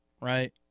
right